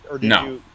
No